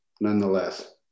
nonetheless